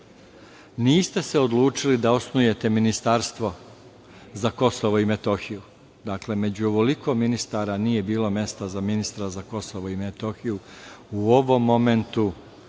niste se odlučili da osnujete ministarstvo za KiM. Dakle, među ovoliko ministara nije bilo mesto za ministra za KiM u ovom momentu